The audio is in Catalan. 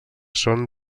són